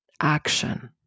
action